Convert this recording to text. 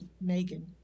Megan